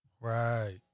Right